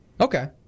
Okay